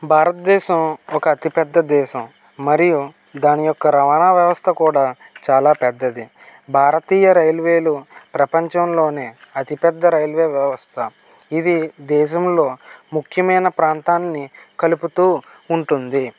భారతదేశం ఒక అతి పెద్ద దేశం మరియు దాని యొక్క రవాణా వ్యవస్థ కూడా చాలా పెద్దది భారతీయ రైల్వేలు ప్రపంచంలోనే అతి పెద్ద రైల్వే వ్యవస్థ ఇది దేశంలో ముఖ్యమైన ప్రాంతాన్ని కలుపుతూ ఉంటుంది